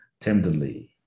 tenderly